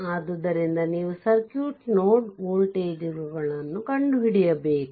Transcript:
ಆದ್ದರಿಂದ ನೀವು ಸರ್ಕ್ಯೂಟ್ನ ನೋಡ್ ವೋಲ್ಟೇಜ್ಗಳನ್ನು ಕಂಡುಹಿಡಿಯಬೇಕು